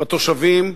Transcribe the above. בתושבים,